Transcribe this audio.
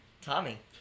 Tommy